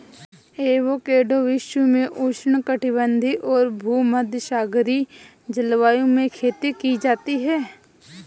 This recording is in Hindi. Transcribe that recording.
एवोकैडो विश्व में उष्णकटिबंधीय और भूमध्यसागरीय जलवायु में खेती की जाती है